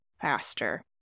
faster